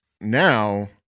now